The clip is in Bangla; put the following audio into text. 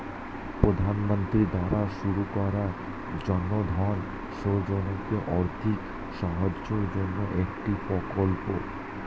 প্রধানমন্ত্রী দ্বারা শুরু করা জনধন যোজনা আর্থিক সাহায্যের জন্যে একটি প্রকল্প